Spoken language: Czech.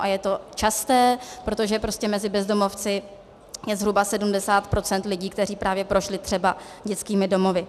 A je to časté, protože prostě mezi bezdomovci je zhruba 70 % lidí, kteří právě prošli třeba dětskými domovy.